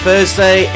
Thursday